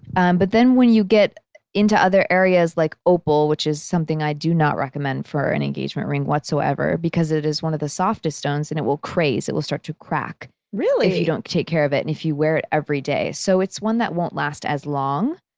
and but then when you get into other areas like opal which is something i do not recommend for an engagement ring whatsoever because it is one of the softest stones and it will craze, it will start to crack, if you don't take care of it and if you wear it every day. so, it's one that won't last as long.